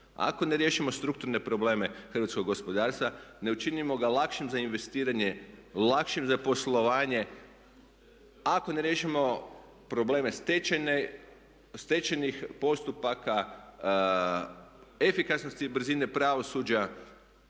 Ako ne riješimo strukturne probleme hrvatskog gospodarstva, ne učinimo ga lakšim za investiranje, lakšim za poslovanje, ako ne riješimo probleme stečajnih postupaka, efikasnosti i brzine pravosuđa